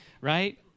right